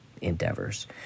endeavors